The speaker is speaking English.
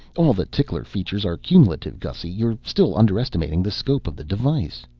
all the tickler features are cumulative, gussy. you're still underestimating the scope of the device.